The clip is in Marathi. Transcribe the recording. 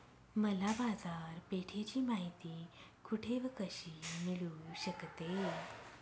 मला बाजारपेठेची माहिती कुठे व कशी मिळू शकते?